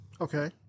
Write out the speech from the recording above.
Okay